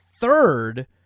third